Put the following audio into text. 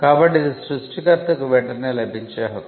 కాబట్టి ఇది సృష్టికర్తకు వెంటనే లబించే హక్కు